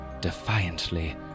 Defiantly